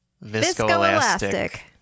Visco-elastic